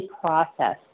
process